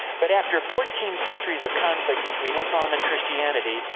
but, after fourteen centuries of conflict between islam and christianity,